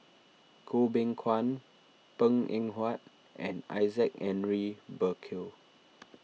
Goh Beng Kwan Png Eng Huat and Isaac Henry Burkill